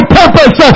purpose